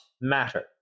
matter